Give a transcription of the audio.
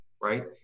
right